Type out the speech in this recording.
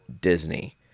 Disney